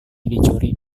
dicuri